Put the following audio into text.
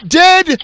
dead